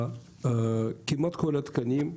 כמעט כל התקנים,